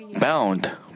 bound